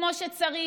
כמו שצריך,